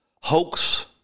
hoax